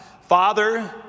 Father